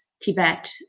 Tibet